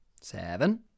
seven